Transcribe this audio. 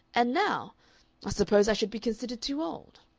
and now i suppose i should be considered too old.